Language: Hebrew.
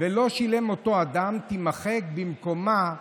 "ולא שילם אותו אדם" תימחק ובמקומה יבוא: